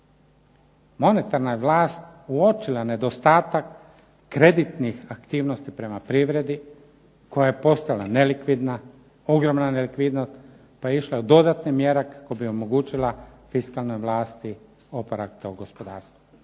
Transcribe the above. monetarna je vlast uočila nedostatak kreditnih aktivnosti prema privredi koja je postala nelikvidna, ogromna nelikvidnost pa je išla u dodatne mjere kako bi omogućila fiskalnoj vlasti oporavak u gospodarstvu.